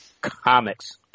comics